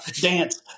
dance